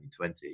2020